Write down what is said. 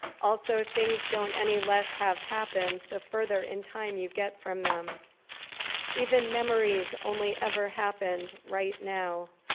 also, things don't any less have happened the further in time you get from them even memories only ever happened right now.